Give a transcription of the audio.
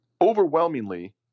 overwhelmingly